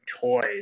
toys